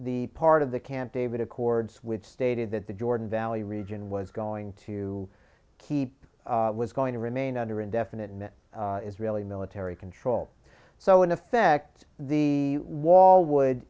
the part of the camp david accords which stated that the jordan valley region was going to keep was going to remain under indefinite and that israeli military control so in effect the wall would